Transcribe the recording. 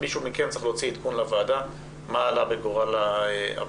מישהו מכם צריך להוציא עדכון לוועדה מה עלה בגורל הפגישה.